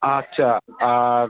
আচ্ছা আর